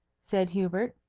said hubert.